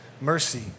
mercy